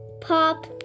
Pop